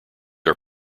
are